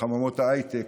מחממות ההייטק,